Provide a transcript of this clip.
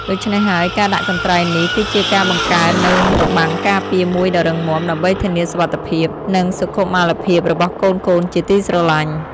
ដូច្នេះហើយ ការដាក់កន្ត្រៃនេះគឺជាការបង្កើតនូវរបាំងការពារមួយដ៏រឹងមាំ ដើម្បីធានាសុវត្ថិភាព និងសុខុមាលភាពរបស់កូនៗជាទីស្រឡាញ់។